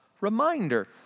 reminder